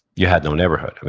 you had no neighborhood,